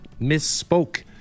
misspoke